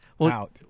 out